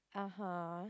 (uh huh)